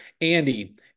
Andy